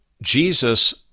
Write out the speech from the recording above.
Jesus